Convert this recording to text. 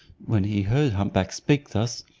when he heard hump-back speak thus,